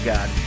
God